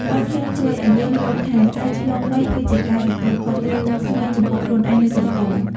បទភ្លេងជួយឱ្យយើងយល់ថា ការឆ្លងវ័យគឺជាការទទួលខុសត្រូវថ្មីចំពោះខ្លួនឯង និងសង្គម។